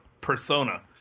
persona